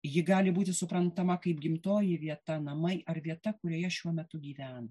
ji gali būti suprantama kaip gimtoji vieta namai ar vieta kurioje šiuo metu gyven